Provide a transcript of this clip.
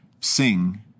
sing